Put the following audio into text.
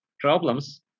problems